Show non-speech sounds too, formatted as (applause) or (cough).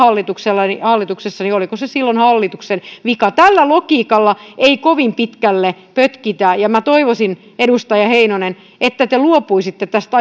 hallituksessa oliko se silloin hallituksen vika tällä logiikalla ei kovin pitkälle pötkitä ja minä toivoisin edustaja heinonen että te luopuisitte tästä (unintelligible)